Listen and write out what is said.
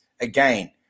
Again